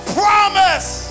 promise